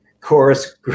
Chorus